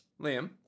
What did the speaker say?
Liam